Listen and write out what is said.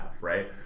right